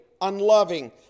unloving